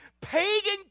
pagan